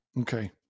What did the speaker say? Okay